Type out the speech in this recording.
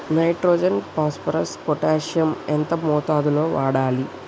Nitrogen phosphorus potassium ఎంత మోతాదు లో వాడాలి?